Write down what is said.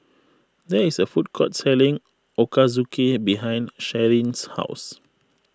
there is a food court selling Ochazuke behind Sharyn's house